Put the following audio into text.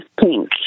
pink